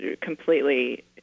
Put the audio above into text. completely